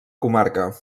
comarca